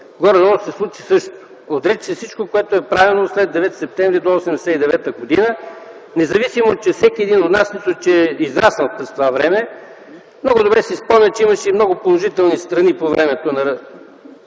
горе-долу се случи същото. Отрече се всичко, което е правено след 9-ти септември до 1989 г., независимо, че всеки един от нас мисля, че е израснал през това време. Много добре си спомням, че имаше и много положителни страни по времето на така